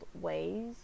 ways